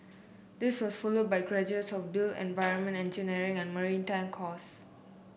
this was followed by graduates of built environment engineering and maritime course